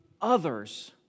others